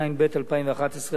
התשע"ב 2011,